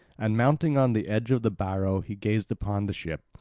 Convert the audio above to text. and mounting on the edge of the barrow he gazed upon the ship,